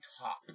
top